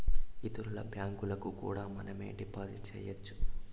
ఇతరుల బ్యాంకులకు కూడా మనమే డిపాజిట్ చేయొచ్చు